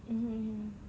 mmhmm